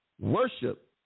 worship